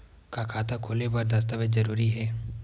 का खाता खोले बर दस्तावेज जरूरी हे?